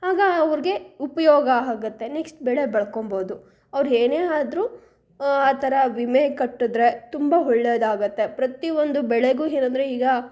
ಆಗ ಅವ್ರಿಗೆ ಉಪಯೋಗ ಆಗುತ್ತೆ ನೆಕ್ಸ್ಟ್ ಬೆಳೆ ಬೆಳ್ಕೊಬೋದು ಅವರು ಏನೇ ಆದ್ರೂ ಆ ಥರ ವಿಮೆ ಕಟ್ಟಿದ್ರೆ ತುಂಬ ಒಳ್ಳೆಯದಾಗುತ್ತೆ ಪ್ರತಿ ಒಂದು ಬೆಳೆಗೂ ಏನಂದ್ರೆ ಈಗ